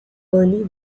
early